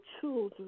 children